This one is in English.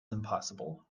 impossible